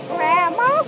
Grandma